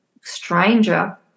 stranger